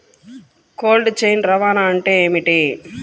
Cold chain రవాణా అంటే ఏమిటీ?